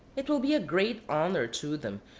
it will be a great honour to them,